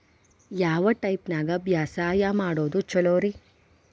ಯಾವ ಟೈಪ್ ನ್ಯಾಗ ಬ್ಯಾಸಾಯಾ ಮಾಡೊದ್ ಛಲೋರಿ?